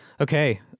Okay